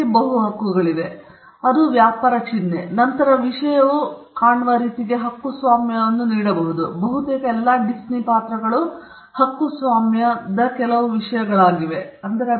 ಅವರಿಗೆ ಬಹು ಹಕ್ಕುಗಳಿವೆ ಮೊದಲು ಅದು ವ್ಯಾಪಾರ ಚಿಹ್ನೆ ಮತ್ತು ನಂತರ ವಿಷಯವು ಕಾಣುವ ರೀತಿಗೆ ಹಕ್ಕುಸ್ವಾಮ್ಯವನ್ನು ನೀಡಬಹುದು ಏಕೆಂದರೆ ಬಹುತೇಕ ಎಲ್ಲಾ ಡಿಸ್ನಿ ಪಾತ್ರಗಳು ಹಕ್ಕುಸ್ವಾಮ್ಯದ ಕೆಲವು ವಿಷಯಗಳ ವಿಷಯವಾಗಿದೆ